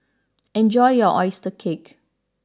enjoy your Oyster Cake